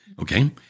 Okay